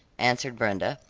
answered brenda.